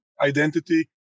identity